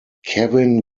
kevin